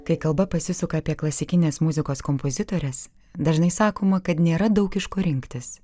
kai kalba pasisuka apie klasikinės muzikos kompozitores dažnai sakoma kad nėra daug iš ko rinktis